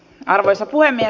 arvoisa puhemies